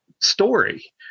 story